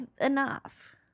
enough